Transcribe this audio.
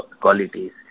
qualities